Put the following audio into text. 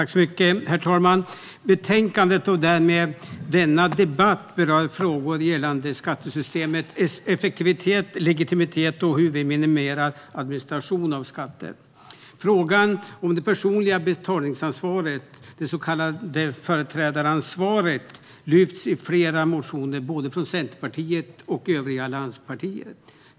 Herr talman! Betänkandet, och därmed denna debatt, berör frågor gällande skattesystemets effektivitet och legitimitet samt hur vi minimerar administrationen av skatter. Frågan om det personliga betalningsansvaret, det så kallade företrädaransvaret, lyfts fram i flera motioner från såväl Centerpartiet som övriga allianspartier.